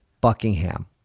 Buckingham